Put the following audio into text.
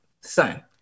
son